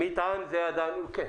מטען זה כן.